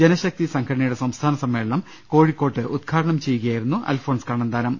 ജനശക്തി സംഘടനയുടെ സംസ്ഥാന സമ്മേളനം ക്യോഴിക്കോട്ട് ഉദ്ഘാടനം ചെയ്യു കയായിരുന്നു അൽഫോൻസ് കണ്ണന്താനം